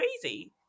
crazy